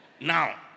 now